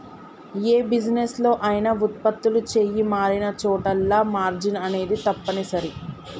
యే బిజినెస్ లో అయినా వుత్పత్తులు చెయ్యి మారినచోటల్లా మార్జిన్ అనేది తప్పనిసరి